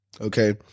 okay